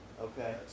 Okay